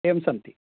एवं सन्ति